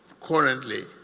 currently